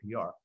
PR